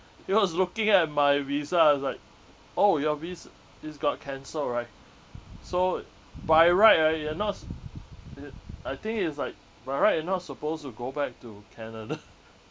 he was looking at my visa he was like oh your vis~ is got cancelled right so by right ah you are not s~ I think is like by right you're not supposed to go back to canada